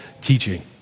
teaching